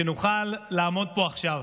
שנוכל לעמוד פה עכשיו.